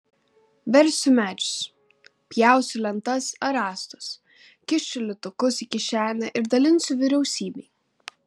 versiu medžius pjausiu lentas ar rąstus kišiu litukus į kišenę ir dalinsiu vyriausybei